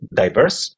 diverse